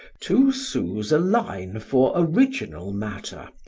two sous a line for original matter,